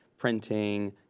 printing